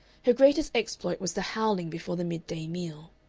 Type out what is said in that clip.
her greatest exploit was the howling before the mid-day meal.